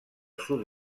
sud